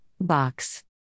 Box